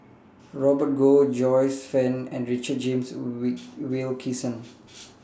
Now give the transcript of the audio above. Robert Goh Joyce fan and Richard James We We Wilkinson